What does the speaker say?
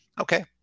Okay